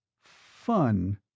Fun